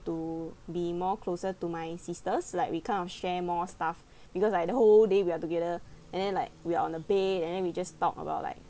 to be more closer to my sisters like we kind of share more stuff because like the whole day we are together and then like we are on the bed and then we just talk about like